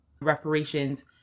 reparations